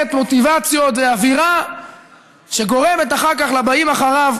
מוטיבציות ואווירה שגורמות אחר כך לבאים אחריו,